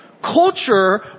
Culture